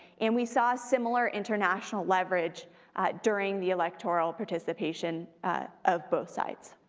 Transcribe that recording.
and we saw similar international leverage during the electoral participation of both sides.